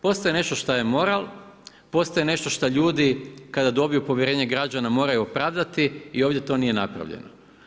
Postoji nešto što je moral, postoji nešto što ljudi kada dobiju povjerenje građana moraju opravdati i ovdje to nije napravljeno.